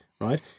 right